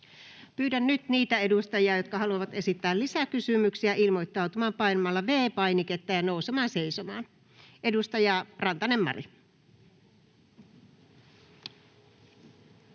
Pyydän nyt niitä edustajia, jotka haluavat esittää lisäkysymyksiä, ilmoittautumaan painamalla V-painiketta ja nousemaan seisomaan. — Edustaja Rantanen, Mari.